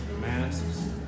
masks